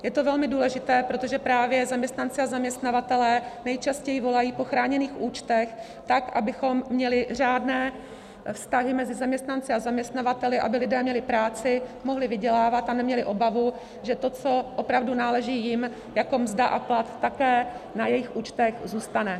Je to velmi důležité, protože právě zaměstnanci a zaměstnavatelé nejčastěji volají po chráněných účtech tak, abychom měli řádné vztahy mezi zaměstnanci a zaměstnavateli, aby lidé měli práci, mohli vydělávat a neměli obavu, že to, co opravdu náleží jim jako mzda a plat, také na jejich účtech zůstane.